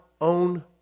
own